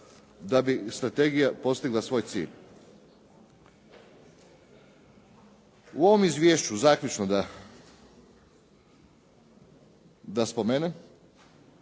da bi strategija postigla svoj cilj. U ovom izvješću, zaključno da spomenem,